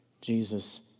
Jesus